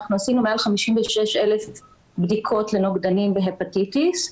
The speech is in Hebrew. אנחנו עשינו מעל 56,000 בדיקות לנוגדנים בהפטיטיס.